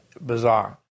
bizarre